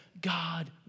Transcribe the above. God